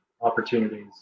opportunities